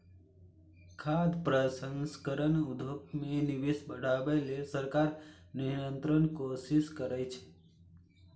खाद्य प्रसंस्करण उद्योग मे निवेश बढ़ाबै लेल सरकार निरंतर कोशिश करै छै